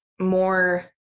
more